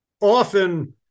often